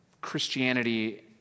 Christianity